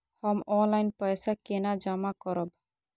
हम ऑनलाइन पैसा केना जमा करब?